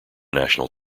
national